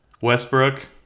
Westbrook